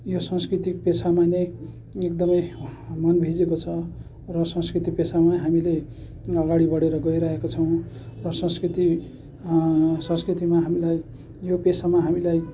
यो सांस्कृतिक पेसामा नै एकदमै मन भिजेको छ र संस्कृति पेसामै हामीले अगाडि बडेर गइरहेका छौँ र संस्कृति संस्कृतिमा हामीलाई यो पेसामा हामीलाई